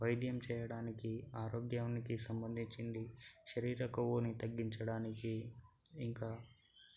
వైద్యం చేయడానికి ఆరోగ్యానికి సంబంధించింది శరీర కొవ్వుని తగ్గించడానికి